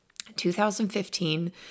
2015